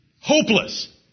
Hopeless